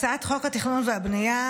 הצעת חוק התכנון והבנייה